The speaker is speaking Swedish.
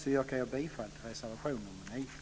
Jag yrkar bifall till reservation nr 9.